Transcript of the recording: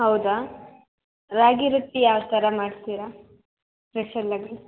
ಹೌದಾ ರಾಗಿ ರೊಟ್ಟಿ ಯಾವ ಥರ ಮಾಡ್ತೀರಾ ಸ್ಪೆಷಲ್ ಆಗಿ